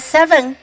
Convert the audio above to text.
Seven